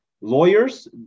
Lawyers